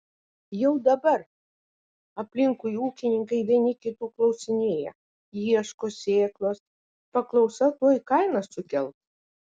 jau dabar aplinkui ūkininkai vieni kitų klausinėja ieško sėklos paklausa tuoj kainas sukels